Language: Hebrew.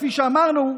כפי שאמרנו,